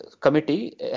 committee